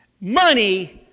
money